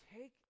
take